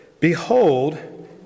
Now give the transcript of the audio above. Behold